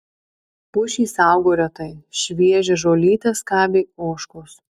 pušys augo retai šviežią žolytę skabė ožkos